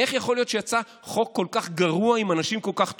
איך יכול להיות שיצא חוק כל כך גרוע עם אנשים כל כך טובים?